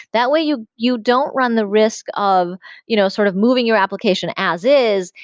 that way, you you don't run the risk of you know sort of moving your application as is,